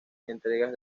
entregas